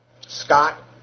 Scott